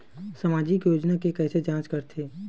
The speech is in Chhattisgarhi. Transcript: सामाजिक योजना के कइसे जांच करथे?